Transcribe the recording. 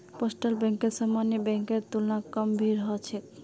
postal बैंकत सामान्य बैंकेर तुलना कम भीड़ ह छेक